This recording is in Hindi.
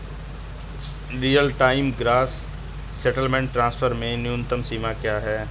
Real time gross settlement transfer में न्यूनतम सीमा क्या है?